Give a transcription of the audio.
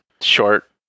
short